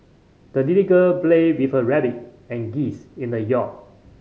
the little girl played with her rabbit and geese in the yard